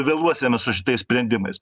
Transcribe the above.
vėluosime su šitais sprendimais